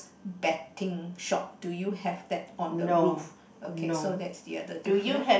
betting shop do you have that on the roof okay so that's the other difference